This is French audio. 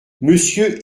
monsieur